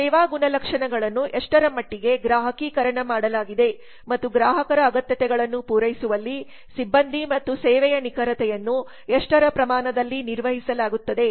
ಸೇವಾ ಗುಣಲಕ್ಷಣಗಳನ್ನು ಎಷ್ಟರ ಮಟ್ಟಿಗೆ ಗ್ರಾಹಕೀಕರಣ ಮಾಡಲಾಗಿದೆ ಮತ್ತು ಗ್ರಾಹಕರ ಅಗತ್ಯತೆಗಳನ್ನು ಪೂರೈಸುವಲ್ಲಿ ಸಿಬ್ಬಂದಿ ಮತ್ತು ಸೇವೆಯ ನಿಖರತೆಯನ್ನು ಎಷ್ಟರ ಪ್ರಮಾಣದಲ್ಲಿ ನಿರ್ವಹಿಸಲಾಗುತ್ತದೆ